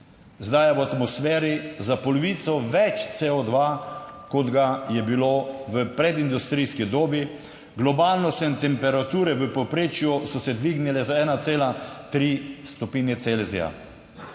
Zdaj je v atmosferi za polovico več CO2, kot ga je bilo v predindustrijski dobi, globalno se temperature v povprečju so se dvignile za 1,3°C.